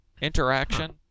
interaction